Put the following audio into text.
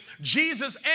Jesus